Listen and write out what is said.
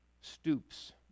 stoops